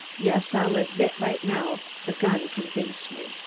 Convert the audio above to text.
yes, i'll admit right now, the gun convinced me.